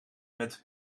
met